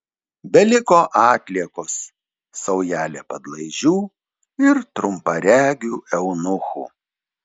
beliko atliekos saujelė padlaižių ir trumparegių eunuchų